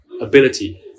ability